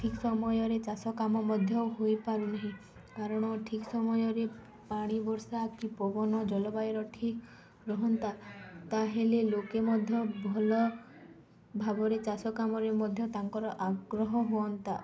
ଠିକ୍ ସମୟରେ ଚାଷ କାମ ମଧ୍ୟ ହୋଇପାରୁନାହିଁ କାରଣ ଠିକ୍ ସମୟରେ ପାଣି ବର୍ଷା କି ପବନ ଜଲବାୟୁର ଠିକ୍ ରୁହନ୍ତା ତା'ହେଲେ ଲୋକେ ମଧ୍ୟ ଭଲ ଭାବରେ ଚାଷ କାମରେ ମଧ୍ୟ ତାଙ୍କର ଆଗ୍ରହ ହୁଅନ୍ତା